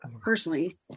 personally